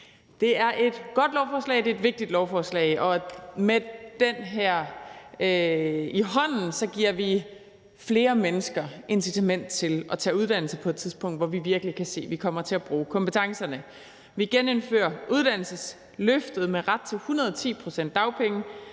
Det er et godt lovforslag, det er et vigtigt lovforslag, og med det her i hånden giver vi flere mennesker et incitament til at tage en uddannelse på et tidspunkt, hvor vi virkelig kan se, at vi kommer til at bruge kompetencerne. Vi genindfører uddannelsesløftet med ret til 110 pct.s dagpenge,